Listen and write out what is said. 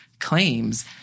Claims